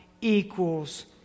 equals